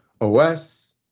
os